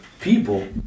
people